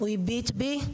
הוא הביט בי,